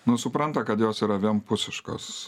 nu supranta kad jos yra vienpusiškos